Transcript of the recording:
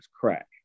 crack